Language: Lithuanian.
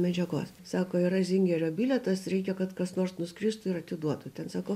medžiagos sako yra zingerio bilietas reikia kad kas nors nuskristų ir atiduotų ten sakau